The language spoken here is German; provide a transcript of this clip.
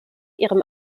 ihrem